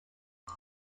not